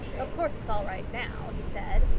of course it's all right now, he said.